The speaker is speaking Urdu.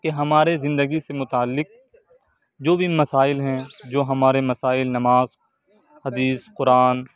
کہ ہمارے زندگی سے متعلق جو بھی مسائل ہیں جو ہمارے مسائل نماز حدیث قرآن